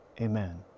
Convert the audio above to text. amen